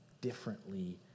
differently